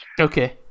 Okay